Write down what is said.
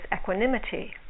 equanimity